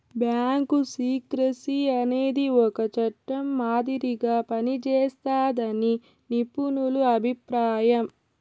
bank secrecy అనేది ఒక చట్టం మాదిరిగా పనిజేస్తాదని నిపుణుల అభిప్రాయం